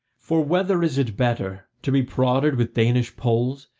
for whether is it better to be prodded with danish poles,